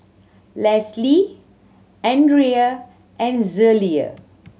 Leslee Andrae and Zelia